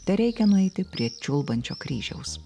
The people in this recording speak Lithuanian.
tereikia nueiti prie čiulbančio kryžiaus